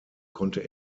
konnte